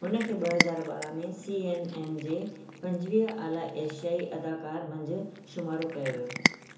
हुनखे ॿ हज़ार ॿारहां में सी एन एन जे पंजवीह आला एशियाई अदाकारु मंझि शुमारु कयो होयो